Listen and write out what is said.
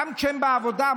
גם כשהן בעבודה,